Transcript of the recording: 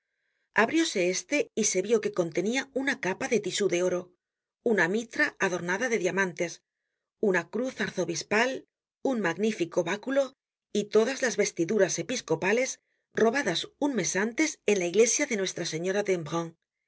abrióse este y se vió que contenia una capa de tisú de oro una mitra adornada de diamantes una cruz arzobispal un magnífico báculo y todas las vestiduras episcopales robadas un mes antes en la iglesia de nuestra señora